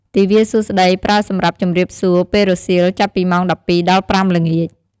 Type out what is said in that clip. ទិវាសួស្តី ប្រើសម្រាប់ ជំរាបសួរពេលរសៀល ចាប់ពីម៉ោង ១២ ដល់ ៥ល្ងាច។